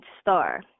star